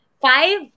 five